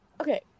Okay